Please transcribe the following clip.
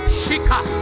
shika